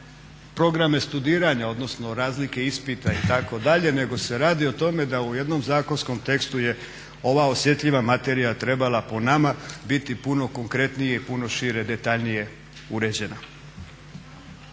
programe studiranja odnosno razlike ispita itd. nego se radi o tome da u jednom zakonskom tekstu je ova osjetljiva materija trebala po nama biti puno konkretnije i puno šire detaljnije uređena.